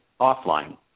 offline